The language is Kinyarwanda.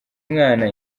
umwana